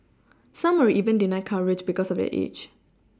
some were even denied coverage because of their age